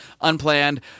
unplanned